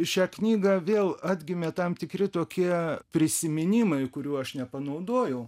šią knygą vėl atgimė tam tikri tokie prisiminimai kurių aš nepanaudojau